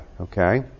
okay